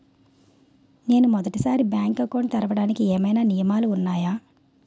నేను మొదటి సారి బ్యాంక్ అకౌంట్ తెరవడానికి ఏమైనా నియమాలు వున్నాయా?